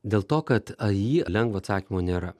dėl to kad a jį lengvo atsakymo nėra